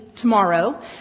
tomorrow